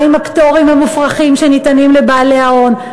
מה עם הפטורים המופרכים שניתנים לבעלי ההון?